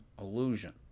illusion